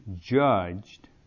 judged